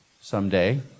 someday